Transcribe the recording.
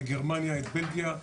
בגרמניה ובלגיה,